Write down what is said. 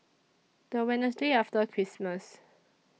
The Wednesday after Christmas